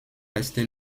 resté